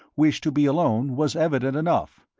wished to be alone, was evident enough,